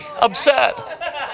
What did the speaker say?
upset